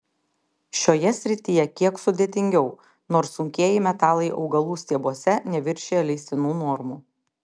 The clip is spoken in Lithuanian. šioje srityje kiek sudėtingiau nors sunkieji metalai augalų stiebuose neviršija leistinų normų